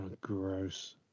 Gross